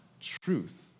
truth